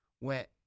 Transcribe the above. went